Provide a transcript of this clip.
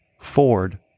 Ford